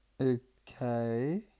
Okay